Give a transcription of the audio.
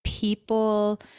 People